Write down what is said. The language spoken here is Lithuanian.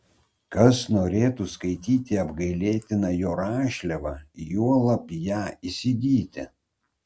kas norėtų skaityti apgailėtiną jo rašliavą juolab ją įsigyti